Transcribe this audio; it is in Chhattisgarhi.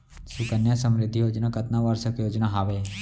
सुकन्या समृद्धि योजना कतना वर्ष के योजना हावे?